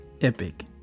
epic